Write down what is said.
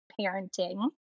Parenting